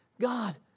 God